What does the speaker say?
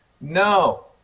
No